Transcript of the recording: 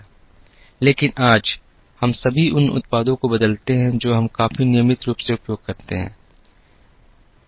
लेकिन आज हम सभी उन उत्पादों को बदलते हैं जो हम काफी नियमित रूप से उपयोग करते हैं